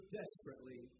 desperately